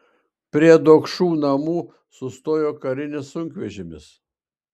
prie dokšų namų sustojo karinis sunkvežimis